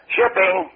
Shipping